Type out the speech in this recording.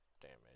damage